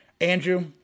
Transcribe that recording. Andrew